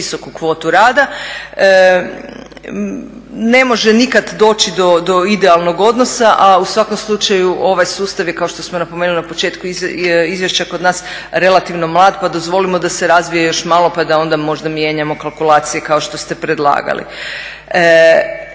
visoku kvotu rada. Ne može nikad doći do idealnog odnosa, a u svakom slučaju ovaj sustav je, kao što smo napomenuli na početku izvješća, kod nas relativno mlad pa dozvolimo da se razvije još malo pa da onda možda mijenjamo kalkulacije kao što ste predlagali.